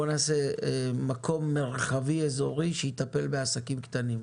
בואו נעשה מקום מרחבי אזורי שיטפל בעסקים קטנים.